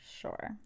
sure